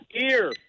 Ear